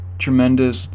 Tremendous